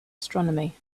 astronomy